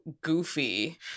goofy